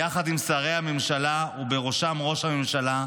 יחד עם שרי הממשלה ובראשם ראש הממשלה,